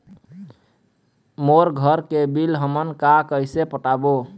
मोर घर के बिल हमन का कइसे पटाबो?